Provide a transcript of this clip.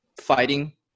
fighting